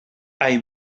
hay